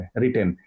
written